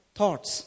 thoughts